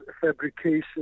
fabrication